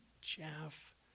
Jeff